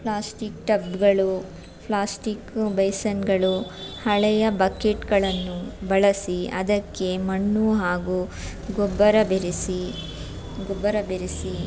plastic ಟಬ್ಗಳು plastic ಬೇಸನ್ಗಳು ಹಳೆಯ ಬಕೆಟ್ಗಳನ್ನು ಬಳಸಿ ಅದಕ್ಕೆ ಮಣ್ಣು ಹಾಗು ಗೊಬ್ಬರ ಬೆರೆಸಿ ಗೊಬ್ಬರ ಬೆರೆಸಿ